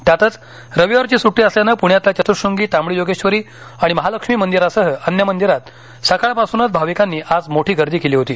त्यातच रविवारची सुट्टी असल्यानं पुण्यातल्या चतुश्रंगी तांबडी जोगेश्वरी आणि महालक्ष्मी मंदिरासह अन्य मंदिरात सकाळपासुनच भाविकांनी आज मोठी गर्दी केली होती